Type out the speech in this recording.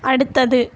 அடுத்தது